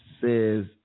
says